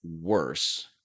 worse